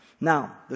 Now